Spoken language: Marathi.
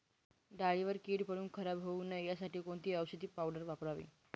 डाळीवर कीड पडून खराब होऊ नये यासाठी कोणती औषधी पावडर वापरावी?